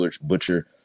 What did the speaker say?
butcher